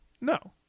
No